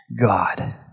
God